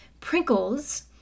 Prinkle's